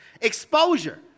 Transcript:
Exposure